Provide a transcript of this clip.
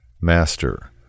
master